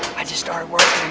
i just started working,